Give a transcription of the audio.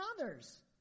others